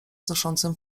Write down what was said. znoszącym